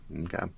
Okay